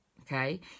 Okay